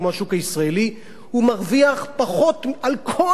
אך הוא מרוויח על כל העבודה הזאת של השנים